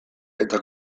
eta